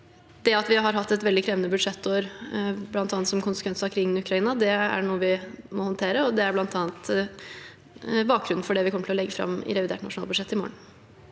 Det at vi har hatt et veldig krevende budsjettår, bl.a. som en konsekvens av krigen i Ukraina, er noe vi må håndtere, og det er bl.a. bakgrunnen for det vi kommer til å legge fram i revidert nasjonalbudsjett i morgen.